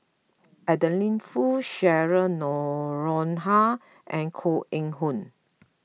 Adeline Foo Cheryl Noronha and Koh Eng Hoon